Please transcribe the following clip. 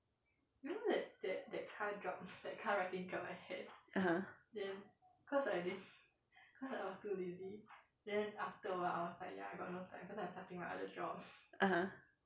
(uh huh) (uh huh)